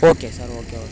okay sir okay okay